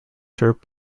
served